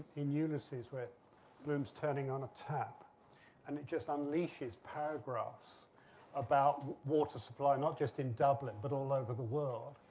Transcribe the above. in eunice's where bloom's turning on a tap and it just unleashes paragraphs about water supply, not just in dublin but all over the world.